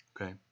Okay